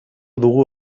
dugu